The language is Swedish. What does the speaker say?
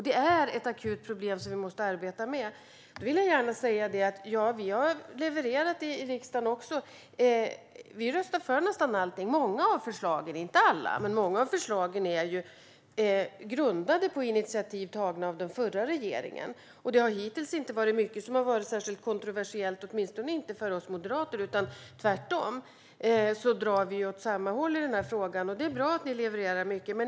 Det är ett akut problem som vi måste arbeta med. Då vill jag gärna säga att vi har levererat i riksdagen också. Vi röstar för nästan alla förslag - många av förslagen men inte alla. Men många av förslagen är grundade på initiativ tagna av den förra regeringen. Det har hittills inte varit mycket som har varit särskilt kontroversiellt, åtminstone inte för oss moderater. Tvärtom drar vi åt samma håll i denna fråga. Det är bra att ni levererar mycket.